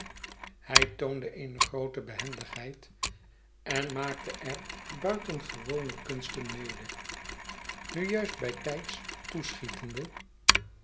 hij toonde eene groote behendigheid en maakte er buitengewone kunsten mede nu juist bijtijds toeschietende